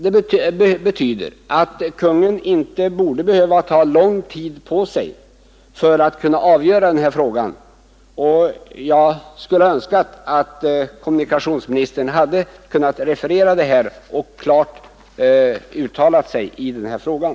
Det betyder att Kungl. Maj:t inte borde behöva ta lång tid på sig för att kunna avgöra denna fråga, och jag skulle önskat att kommunikationsministern hade kunnat komma med en redogörelse och klart uttala sig i frågan.